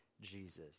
Jesus